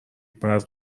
باید